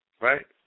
Right